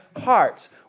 hearts